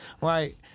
right